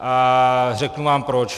A řeknu vám proč.